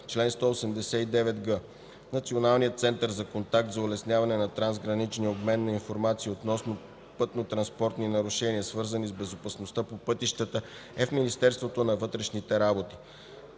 Чл. 189г. Националният център за контакт за улесняване на трансграничния обмен на информация относно пътнотранспортни нарушения, свързани с безопасността по пътищата, е в Министерството на вътрешните работи.